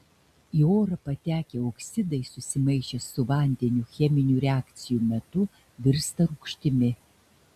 į orą patekę oksidai susimaišę su vandeniu cheminių reakcijų metu virsta rūgštimi